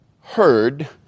heard